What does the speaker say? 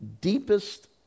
deepest